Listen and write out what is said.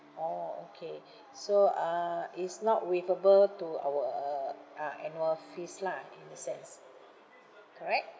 orh okay so uh is not waivable to our uh uh annual fees lah in a sense correct